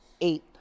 eight